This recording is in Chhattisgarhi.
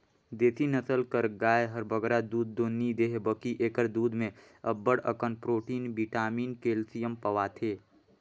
देसी नसल कर गाय हर बगरा दूद दो नी देहे बकि एकर दूद में अब्बड़ अकन प्रोटिन, बिटामिन, केल्सियम पवाथे